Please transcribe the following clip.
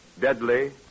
Deadly